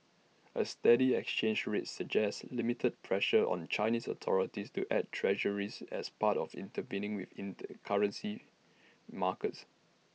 A steady exchange rate suggests limited pressure on Chinese authorities to add Treasuries as part of intervening with inter currency markets